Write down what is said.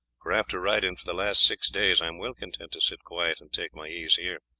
for after riding for the last six days i am well content to sit quiet and take my ease here.